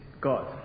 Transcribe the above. God